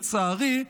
לצערי,